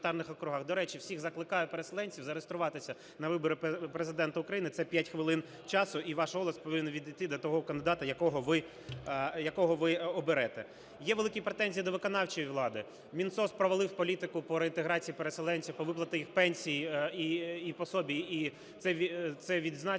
До речі, всіх закликаю переселенців зареєструватися на вибори Президента України, це п'ять хвилин часу, і ваш голос повинен відійти до того кандидата, якого ви оберете. Є великі претензії до виконавчої влади. Мінсоц провалив політику по реінтеграції переселенці, по виплаті їм пенсій і пособий, і це відзначилось